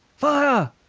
fire!